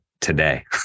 today